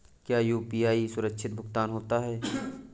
क्या यू.पी.आई सुरक्षित भुगतान होता है?